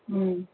ꯎꯝ